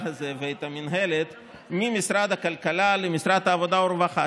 הזה ואת המינהלת ממשרד הכלכלה למשרד העבודה והרווחה.